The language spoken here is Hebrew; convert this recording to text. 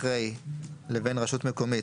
אחרי "לבין רשות מקומית,